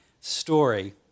story